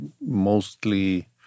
mostly